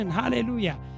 Hallelujah